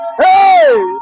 Hey